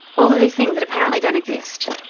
all of these things that apparently don't exist.